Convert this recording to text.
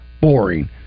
boring